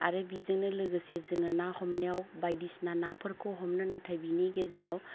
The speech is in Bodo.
आरो बिजोंनो लोगोसे जोङो ना हमनायाव बायदिसिना नाफोरखौ हमो नाथाय बिनि गेजेराव